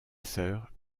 sœur